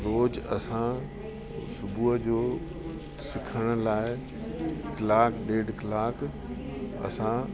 रोज़ु असां सुबुह जो सिखण लाइ कलाक ॾेढु कलाक असां